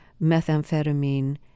methamphetamine